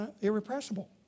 irrepressible